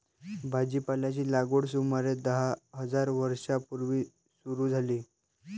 भाजीपाल्याची लागवड सुमारे दहा हजार वर्षां पूर्वी सुरू झाली